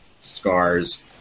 scars